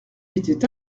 était